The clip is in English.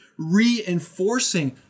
reinforcing